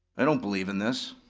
i don't believe in this.